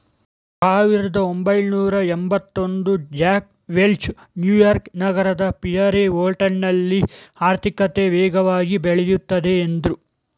ಸಾವಿರದಒಂಬೈನೂರಎಂಭತ್ತಒಂದು Jack Welch New York ನಗರದ Pierre ಹೋಟೆಲ್ನಲ್ಲಿ ಆರ್ಥಿಕತೆ ವೇಗವಾಗಿ ಬೆಳೆಯುತ್ತದೆ ಎಂದ್ರು